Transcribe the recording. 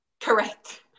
Correct